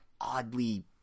oddly